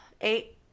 Eight